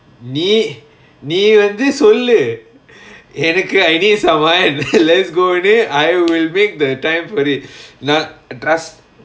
நீ நீ வந்து சொல்லு எனக்கு:nee nee vanthu sollu enakku I need some one let's go ன்னு:nnu I will make the time for it nah trust